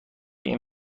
این